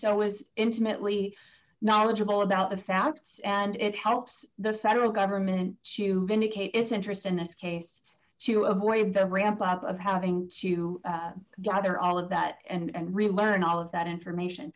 so was intimately knowledgeable about the facts and it helps the federal government to vindicate its interests in this case to avoid the ramp up of having to gather all of that and relearn all of that information